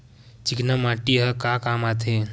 चिकना माटी ह का काम आथे?